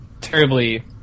terribly